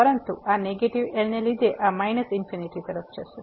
પરંતુ આ negative L ને લીધે આ માઈનસ ઇન્ફીનીટી તરફ જશે